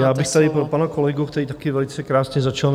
Já bych tady pro pana kolegu, který také velice krásně začal.